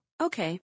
Okay